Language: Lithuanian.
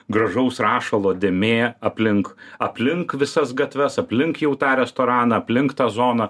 gražaus rašalo dėmė aplink aplink visas gatves aplink jau tą restoraną aplink tą zoną